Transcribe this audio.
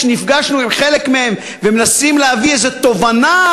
כשנפגשנו עם חלק מהם וניסינו להביא איזה תובנה,